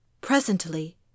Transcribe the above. Presently